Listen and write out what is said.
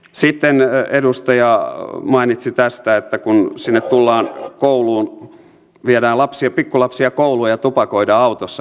sitten edustaja mainitsi tästä että kun viedään pikkulapsia kouluun ja tupakoidaan autossa